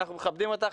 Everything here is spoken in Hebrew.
אנחנו מכבדים אותך,